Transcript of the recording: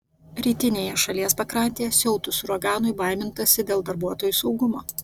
rytinėje šalies pakrantėje siautus uraganui baimintasi dėl darbuotojų saugumo